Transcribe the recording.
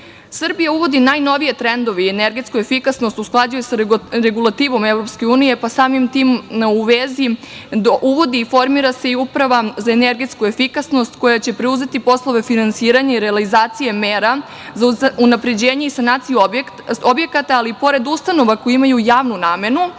uvodi najnovije trendove i energetsku efikasnost usklađuje sa regulativom EU, pa samim tim uvodi i formira se uprava za energetsku efikasnost, koja će preuzeti poslove finansiranja i realizacije mera za unapređenje i sanaciju objekata, ali pored ustanova koje imaju javnu namenu,